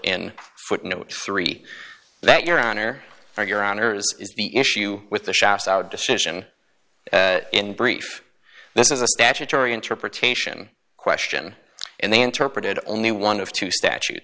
in footnote three that your honor or your honor is the issue with the shops out decision in brief this is a statutory interpretation question and they interpreted only one of two statutes